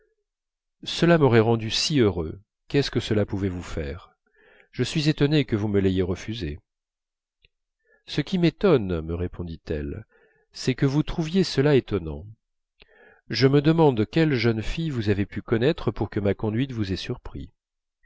cela m'aurait rendu si heureux qu'est-ce que cela pouvait vous faire je suis étonné que vous me l'ayez refusé ce qui m'étonne me répondit-elle c'est que vous trouviez cela étonnant je me demande quelles jeunes filles vous avez pu connaître pour que ma conduite vous ait surpris